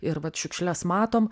ir vat šiukšles matom